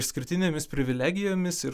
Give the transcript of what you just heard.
išskirtinėmis privilegijomis ir